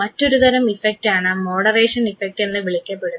മറ്റൊരുതരം ഇഫക്ടാണ് moderation effect എന്ന് വിളിക്കപ്പെടുന്നത്